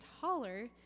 taller